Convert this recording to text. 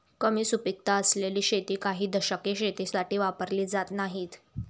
कमी सुपीकता असलेली शेती काही दशके शेतीसाठी वापरली जात नाहीत